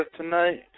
tonight